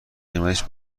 قیمتش